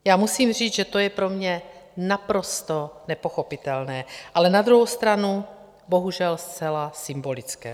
Já musím říct, že to je pro mě naprosto nepochopitelné, ale na druhou stranu bohužel zcela symbolické.